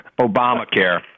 Obamacare